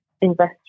invest